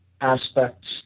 aspects